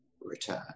return